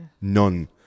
None